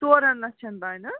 ژورَن لَچھَن تام ہَہ